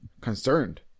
concerned